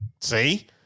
See